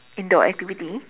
indoor activity